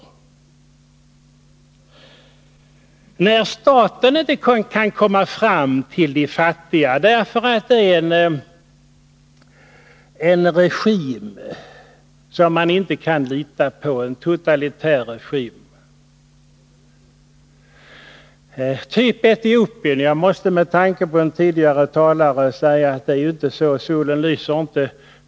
Det kan vara så att det statliga biståndet inte kan komma fram till de fattiga i ett land därför att där finns en regim som man inte kan lita på, en totalitär regim, typ den som är i Etiopien. Med tanke på vad en tidigare talare anfört måste jag säga att solen inte alltid lyser i Etiopien.